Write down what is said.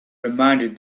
reminded